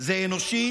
כי זה מה שמחלקים.